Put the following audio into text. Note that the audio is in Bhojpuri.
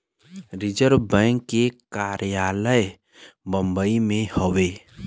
रिज़र्व बैंक के कार्यालय बम्बई में हौ